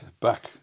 back